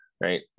right